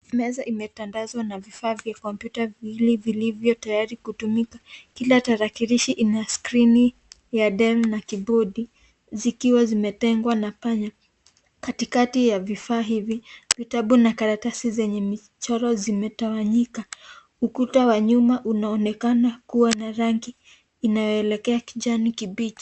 Meza imetandazwa na vifaa vya kompyuta viwili vilivyotayari kutumika kila tarakilishi ina skrini ya dell na kibodi, zikiwa zimetengwa na panya, katikati ya vifaa hivi vitabu na karatasi zenye michoro zimetawanyika, ukuta wa nyuma unaonekana kuwa na rangi inayoelekea kijani kibichi.